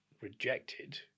rejected